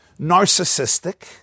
narcissistic